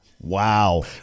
Wow